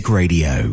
radio